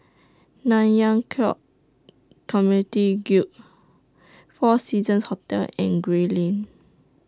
Nanyang Khek Community Guild four Seasons Hotel and Gray Lane